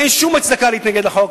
אין שום הצדקה להתנגד לחוק,